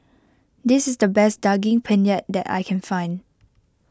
this is the best Daging Penyet that I can find